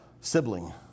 sibling